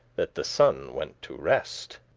that the sunne went to rest.